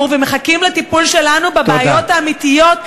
ומחכים לטיפול שלנו בבעיות האמיתיות,